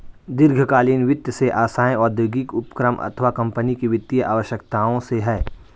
दीर्घकालीन वित्त से आशय औद्योगिक उपक्रम अथवा कम्पनी की वित्तीय आवश्यकताओं से है